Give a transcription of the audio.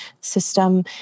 system